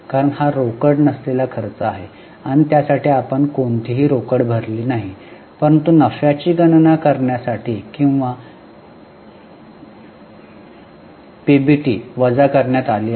कारण हा रोकड नसलेला खर्च आहे आणि त्यासाठी आपण कोणतीही रोकड भरली नाही परंतु नफ्याची गणना करण्यासाठी किंवा पीबीटी वजा करण्यात आले आहे